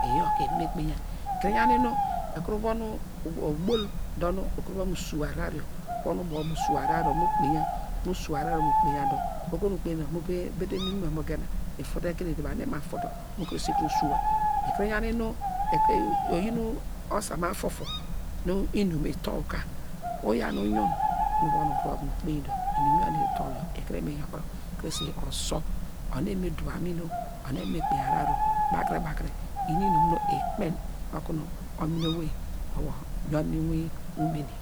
iyor ka eva me kpainya ekuru yan inu ekuru vun ubo ebol dor nu uva mu su ahrar yor, uvun ubo wor mu su ahrar yor, uvun ubo wor mu kpainya dor, oho yor mu gena ifute kedri ima fu dor mu kuru sua ikuru yan inu osama fu̱fur nu inum itow ka, uyaw nu uyun nu uva urov nu ukpainy dor inum yor nu itow yor ikuru mi yokuro krese osor, onu evam me duv amin oo, onu evan kpainy ahrar oo bakre bakre iyin inum ikpeny omini owei mo va yun mu umene.